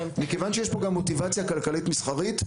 מכיוון שיש פה גם מוטיבציה כלכלית-מסחרית,